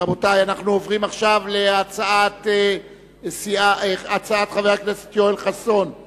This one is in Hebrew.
אנחנו עוברים עכשיו להצעה לסדר-היום שמספרה 1299,